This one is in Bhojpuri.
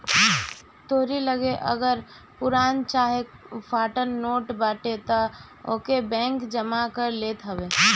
तोहरी लगे अगर पुरान चाहे फाटल नोट बाटे तअ ओके बैंक जमा कर लेत हवे